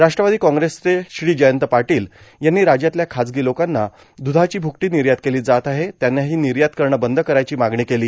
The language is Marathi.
राष्ट्रवादी काँग्रेसचे श्री जयंत पाटील यांनी राज्यातल्या खाजगी लोकांना द्रधाची भ्रुकटी निर्यात केली जात आहे त्यांना ही निर्यात करणं बंद करायची मागणी केली